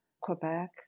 Quebec